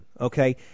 okay